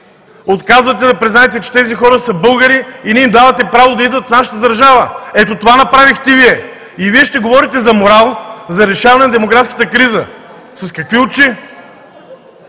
Отказвате да признаете, че тези хора са българи и не им дават право да идват в нашата държава. Ето това направихте Вие! И Вие ще говорите за морал, за решаване на демографската криза? С какви очи?